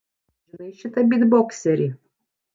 žinai šitą bytbokserį